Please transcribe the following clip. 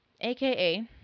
aka